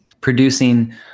producing